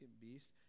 beast